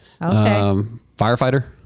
Firefighter